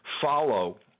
follow